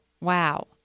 Wow